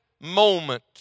moment